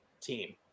team